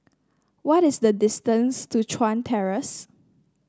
what is the distance to Chuan Terrace